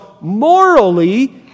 morally